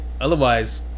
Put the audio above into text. otherwise